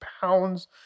pounds